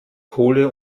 kohle